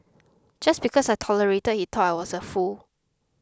just because I tolerated he thought I was a fool